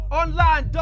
online